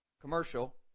commercial